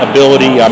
Ability